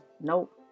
Nope